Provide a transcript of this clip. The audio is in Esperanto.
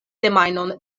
semajnon